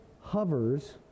hovers